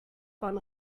von